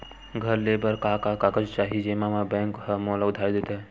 घर ले बर का का कागज चाही जेम मा बैंक हा मोला उधारी दे दय?